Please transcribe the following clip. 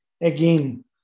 Again